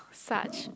such